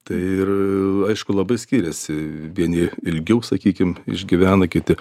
tai ir aišku labai skiriasi vieni ilgiau sakykim išgyvena kiti